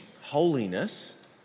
holiness